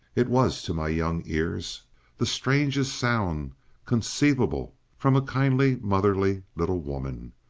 it was to my young ears the strangest sound conceivable from a kindly motherly little woman,